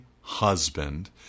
husband